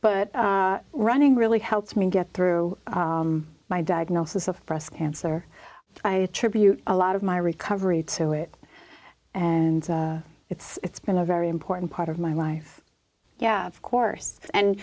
but running really helped me get through my diagnosis of breast cancer i tribute a lot of my recovery to it and it's been a very important part of my life yeah of course and